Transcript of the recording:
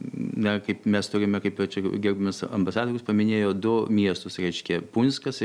na kaip mes turime kaip čia gerbiamas ambasadorius paminėjo du miestus reiškia punskas ir